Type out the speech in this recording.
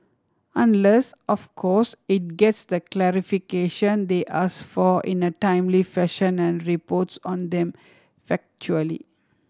unless of course it gets the clarification they ask for in a timely fashion and reports on them factually